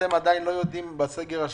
אתם עדין לא יודעים לפצות אותם בסגר השני,